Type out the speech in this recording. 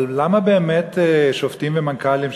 אבל למה באמת שופטים ומנכ"לים,